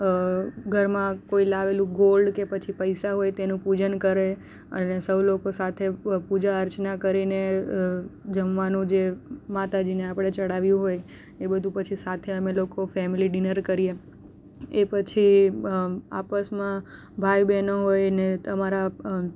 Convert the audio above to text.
ઘરમાં કોઇ લાવેલું ગોલ્ડ કે પછી પૈસા હોય તેનું પૂજન કરે અને સૌ લોકો સાથે પૂજા અર્ચના કરીને જમવાનો જે માતાજીને આપણે ચઢાવ્યું હોય એ બધું પછી સાથે અમે લોકો ફેમિલી ડિનર કરીએ એ પછી આપસમાં ભાઈ બેહનો હોય ને અમારા